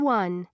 one